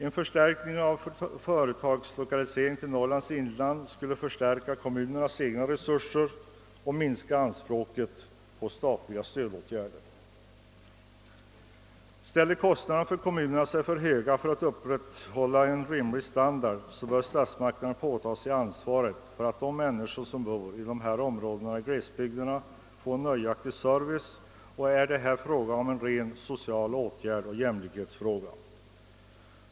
En förstärkning av företagslokaliseringen till Norrlands inland skulle förbättra kommunernas egna resurser och minska anspråken på statliga stödåtgärder. Är kostnaderna för kommunerna för höga för att de skall kunna upprätthålla en rimlig standard, bör statsmakterna påta sig ansvaret för att de människor som bor i dessa områden i glesbygderna får nöjaktig service. Detta är en rent social åtgärd och en jämlikhetsfråga.